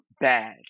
bad